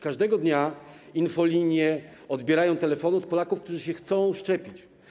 Każdego dnia infolinie odbierają telefony od Polaków, którzy chcą się szczepić.